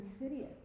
insidious